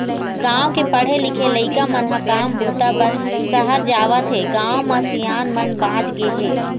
गाँव के पढ़े लिखे लइका मन ह काम बूता बर सहर जावत हें, गाँव म सियान मन बाँच गे हे